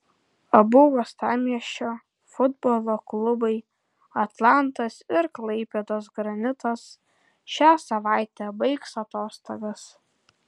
abu uostamiesčio futbolo klubai atlantas ir klaipėdos granitas šią savaitę baigs atostogas